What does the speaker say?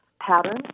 patterns